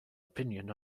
opinion